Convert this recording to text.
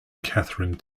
katherine